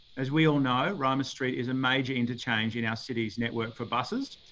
as we all know, roma street is a major interchange in our city's network for buses,